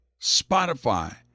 Spotify